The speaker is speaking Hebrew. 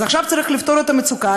אז עכשיו צריך לפתור את המצוקה,